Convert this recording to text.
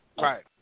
Right